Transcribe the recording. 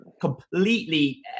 completely